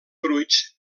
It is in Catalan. fruits